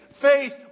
faith